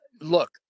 look